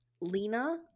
Lena